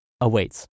awaits